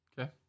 Okay